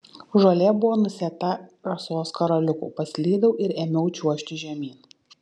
žolė buvo nusėta rasos karoliukų paslydau ir ėmiau čiuožti žemyn